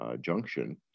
junction